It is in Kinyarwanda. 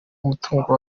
umutungo